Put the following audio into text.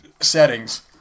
settings